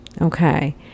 okay